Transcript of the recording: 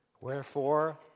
Wherefore